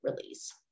release